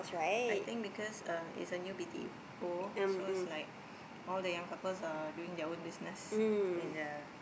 I think because uh is a new B_T_O so it's like all the young couples are doing their own business in the